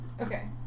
Okay